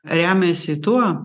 remiasi tuo